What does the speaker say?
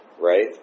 right